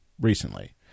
recently